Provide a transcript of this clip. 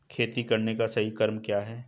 खेती करने का सही क्रम क्या है?